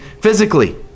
physically